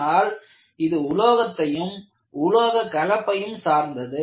ஆனால் இது உலோகத்தையும் உலோக கலப்பையும் சார்ந்தது